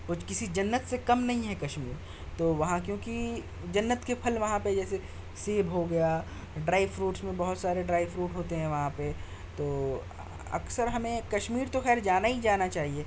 وہ کسی جنت سے کم نہیں ہے کشمیر تو وہاں کیونکہ جنت کے پھل وہاں پہ جیسے سیب ہوگیا ڈرائی فروٹس میں بہت سارے ڈرائی فروٹ ہوتے ہیں وہاں پہ تو اکثر ہمیں کشمیر تو خیر جانا ہی جانا چاہیے